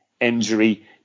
injury